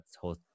whole